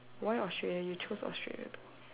why Australia you choose Australia